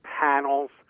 panels